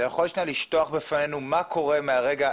אתה יכול בבקשה לשטוח בפנינו מה קורה מהרגע,